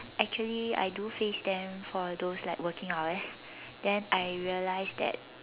actually I do face them for those like working hours then I realised that